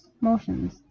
motions